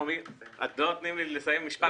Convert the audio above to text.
לא נותנים לי לסיים משפט.